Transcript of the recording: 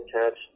attached